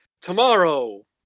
Tomorrow